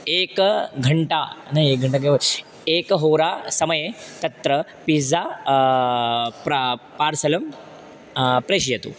एकघण्टा न एकघण्टा एकहोरा समये तत्र पिज़्ज़ा प्रा पार्सलं प्रेषयतु